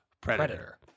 Predator